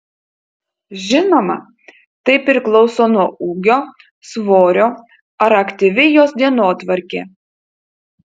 žinoma tai priklauso nuo ūgio svorio ar aktyvi jos dienotvarkė